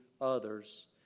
others